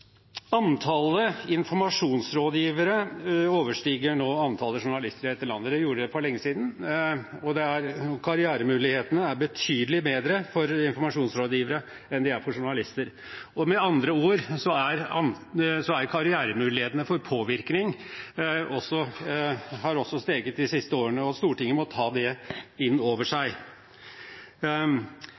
gjorde det for lenge siden, og karrieremulighetene er betydelig bedre for informasjonsrådgivere enn de er for journalister. Med andre ord har karrieremulighetene for påvirkning steget de siste årene, og Stortinget må ta det innover seg.